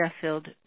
Sheffield